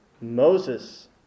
Moses